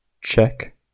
check